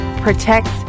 protects